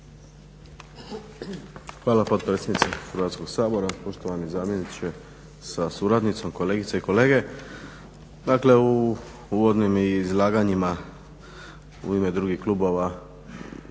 Hvala potpredsjednice Hrvatskog sabora. Poštovani zamjeniče sa suradnicom, kolegice i kolege. Dakle u uvodnim izlaganjima u ime drugih klubova